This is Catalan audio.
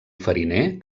fariner